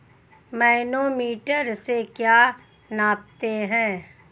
Manometer से क्या नापते हैं?